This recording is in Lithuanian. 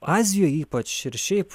azijoj ypač ir šiaip